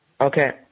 Okay